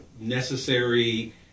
necessary